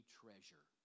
treasure